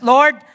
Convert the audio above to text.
Lord